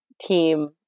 team